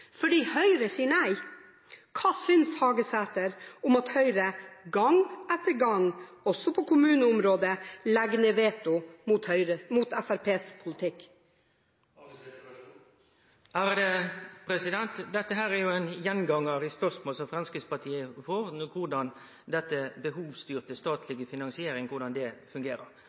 fordi Høyre sier nei. Hva synes Hagesæter om at Høyre gang etter gang også på kommuneområdet legger ned veto mot Fremskrittspartiets politikk? Dette spørsmålet er ein gjengangar når Framstegspartiet får spørsmål, nemleg korleis behovsstyrt statleg finansiering fungerer. Då vil eg berre seie at det